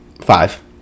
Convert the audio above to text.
Five